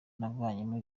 navanyemo